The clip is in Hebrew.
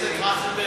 חבר הכנסת טרכטנברג,